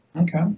Okay